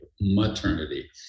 maternity